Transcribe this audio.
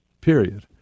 Period